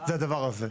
זה הדבר הזה.